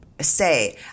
say